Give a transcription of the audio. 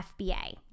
FBA